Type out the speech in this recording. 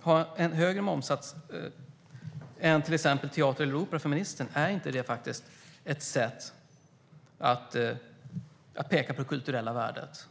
ha en högre momssats än till exempel teater eller opera, ministern? Är inte det ett sätt att peka på det kulturella värdet?